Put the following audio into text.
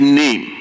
name